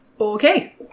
Okay